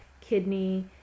kidney